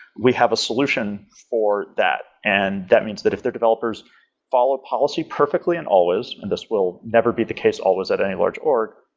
we have a solution for that. and that means that if their developers follow policy perfectly and always, and this will never be the case always at any large org,